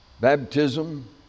baptism